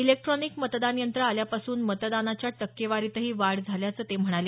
electronic मतदान यंत्र आल्यापासून मतदानाच्या टक्केवारीतही वाढ झाल्याचं ते म्हणाले